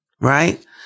right